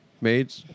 made